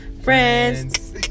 Friends